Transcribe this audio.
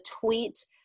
tweet